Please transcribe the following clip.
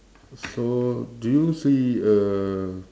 so do you see a